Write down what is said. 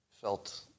felt